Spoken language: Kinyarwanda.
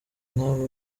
nk’abo